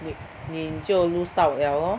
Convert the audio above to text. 你你就 lose out liao lor